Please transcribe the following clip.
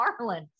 Marlon